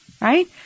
right